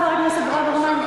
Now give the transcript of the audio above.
חבר הכנסת ברוורמן?